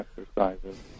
exercises